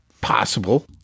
possible